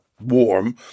warm